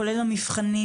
כולל המבחנים,